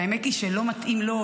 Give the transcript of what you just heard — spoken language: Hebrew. והאמת היא שלא מתאים לו,